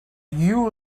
you